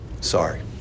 Sorry